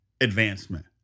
advancement